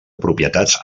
propietats